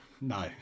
no